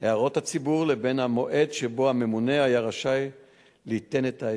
הציבור לבין המועד שבו הממונה היה רשאי ליתן את ההיתר.